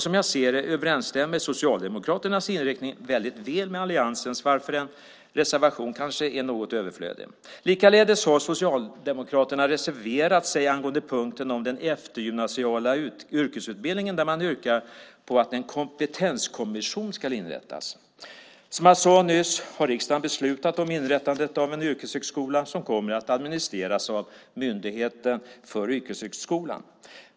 Som jag ser det överensstämmer Socialdemokraternas inriktning väldigt väl med alliansens, varför en reservation kanske är något överflödig. Dessutom har Socialdemokraterna reserverat sig angående punkten om eftergymnasial yrkesutbildning. Man yrkar på att en kompetenskommission inrättas. Som jag nyss sade har riksdagen beslutat om inrättandet av en yrkeshögskola. Den kommer att administreras av Myndigheten för yrkeshögskolan.